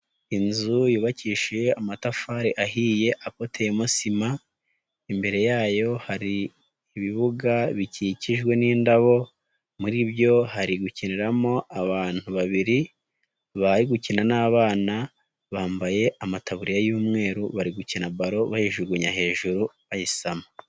Inzu yubakishije amatafari ahiye apoteyemo sima, imbere yayo hari ibibuga bikikijwe n'indabo, muri byo hari gukiniramo abantu babiri bari gukina n'abana, bambaye amataburiya y'umweru bari gukina balo bayijugunya hejuru bayisama.